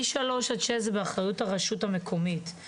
משלוש עד שש זה באחריות הרשות המקומית.